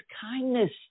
kindness